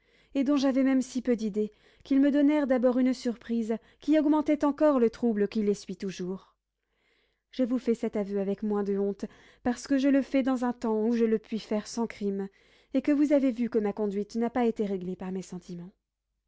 et dont j'avais même si peu d'idée qu'ils me donnèrent d'abord une surprise qui augmentait encore le trouble qui les suit toujours je vous fais cet aveu avec moins de honte parce que je le fais dans un temps où je le puis faire sans crime et que vous avez vu que ma conduite n'a pas été réglée par mes sentiments